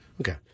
Okay